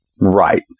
Right